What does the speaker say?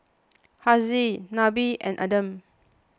Haziq Nabil and Adam